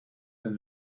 than